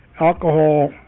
alcohol